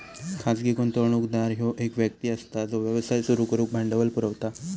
खाजगी गुंतवणूकदार ह्यो एक व्यक्ती असता जो व्यवसाय सुरू करुक भांडवल पुरवता